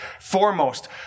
foremost